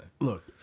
Look